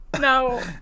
No